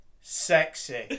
sexy